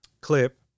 clip